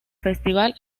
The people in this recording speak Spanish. festival